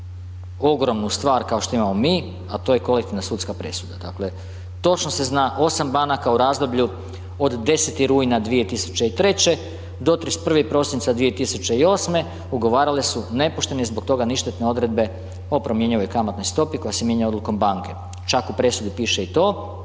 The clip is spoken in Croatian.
ogromnu stvar kao što imamo mi, a to je kolektivna sudska presuda, dakle točno se zna 8 banaka u razdoblju od 10. rujna 2003. do 31. prosinca 2008. ugovarale su nepoštene i zbog toga ništetne odredbe o promjenjivoj kamatnoj stopi koja se mijenja odlukom banke. Čak u presudi piše i to